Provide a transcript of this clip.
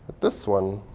this one